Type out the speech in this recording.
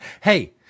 Hey